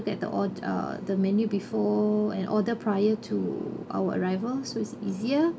at the or~ uh the menu before and order prior to our arrival so it's easier